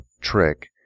trick